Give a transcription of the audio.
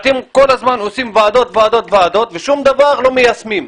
אתם כל הזמן עושים ועדות וועדות ושום דבר לא מיישמים.